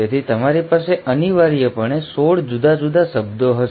તેથી તમારી પાસે અનિવાર્યપણે 16 જુદા જુદા શબ્દો હશે